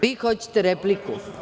Vi hoćete repliku?